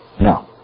No